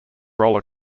roller